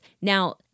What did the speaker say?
Now